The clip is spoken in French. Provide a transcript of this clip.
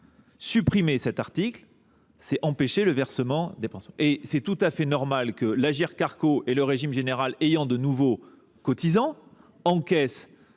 Supprimer cet article, ce serait empêcher le versement de ces pensions. Il est tout à fait normal que l’Agirc Arrco et le régime général, ayant de nouveaux cotisants, encaissent